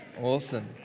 Awesome